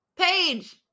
page